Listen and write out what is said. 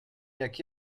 jak